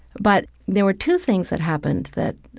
but there were two things that happened that